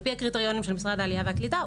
על-פי הקריטריונים של משרד העלייה והקליטה,